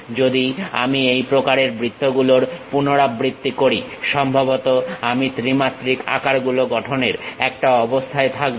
যদি আমি একই প্রকারের বস্তুগুলোর পুনরাবৃত্তি করি সম্ভবত আমি ত্রিমাত্রিক আকারগুলো গঠনের একটা অবস্থায় থাকবো